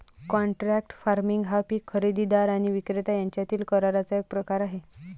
contract farming हा पीक खरेदीदार आणि विक्रेता यांच्यातील कराराचा एक प्रकार आहे